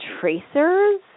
tracers